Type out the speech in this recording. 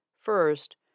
First